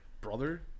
Brother